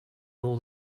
all